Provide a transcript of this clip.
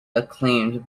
acclaimed